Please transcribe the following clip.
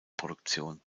produktion